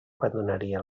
abandonaria